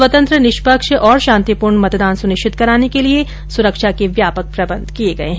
स्वतंत्र निष्पक्ष और शांतिपूर्ण मतदान सुनिश्चित कराने के लिए सुरक्षा के व्यापक प्रबंध किये गये हैं